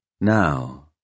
now